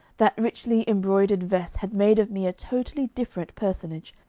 that richly embroidered vest had made of me a totally different personage,